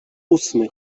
ósmy